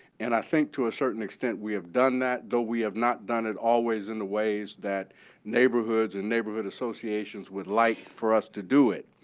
and i think to a certain extent, we have done that, though, we have not done it always in the ways that neighborhoods and neighborhood associations associations would like for us to do it.